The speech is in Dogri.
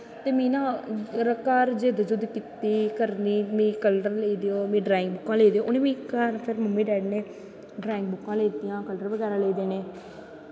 ते में ना घर जदूं जदूं कीती करनीं मीं कल्ल लेई देओ उत्थां दा ड्राईंग लेई देओ मिगी डैड़ी ने ड्राईंग उत्थां दा लेई दित्तियां कल्लर बगैरा लेई देनें